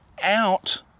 out